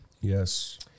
Yes